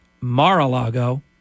Mar-a-Lago